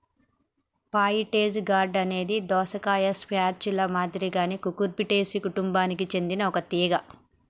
pointed gourd అనేది దోసకాయ, squash ల మాదిరిగానే కుకుర్చిటేసి కుటుంబానికి సెందిన ఒక తీగ